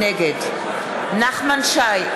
נגד נחמן שי,